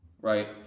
right